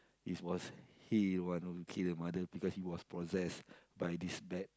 it was he the one who kill the mother but he was possessed by this bad